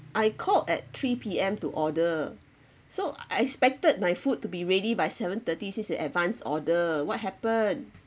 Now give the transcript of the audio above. I called at three P_M to order so I expected my food to be ready by seven thirty since it's advance order what happen